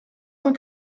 cent